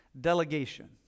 delegation